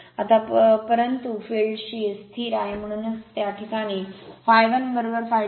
आता परंतु फील्ड स्थिर आहे म्हणून त्या प्रकरणात ∅1 ∅ 2 ∅